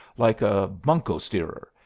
like a bunco-steerer,